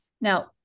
now